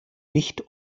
nicht